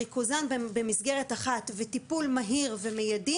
ריכוזן במסגרת אחת וטיפול מהיר ומיידי